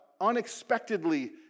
unexpectedly